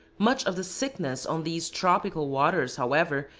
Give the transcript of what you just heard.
much of the sickness on these tropical waters, however,